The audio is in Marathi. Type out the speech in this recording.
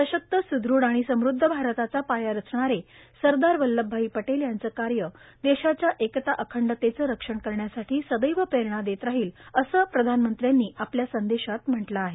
सशक्त सुदृढ आणि समृद्ध भारताचा पाया रचणारे सरदार वल्लभभाई पटेल यांचं कार्य देशाच्या एकता अखंडतेचं रक्षण करण्यासाठी सदैव प्रेरणा देत राहतील असं प्रधानमंत्र्यांनी आपल्या संदेशात म्हटलं आहे